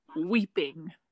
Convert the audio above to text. weeping